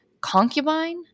Concubine